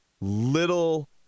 little